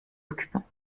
occupants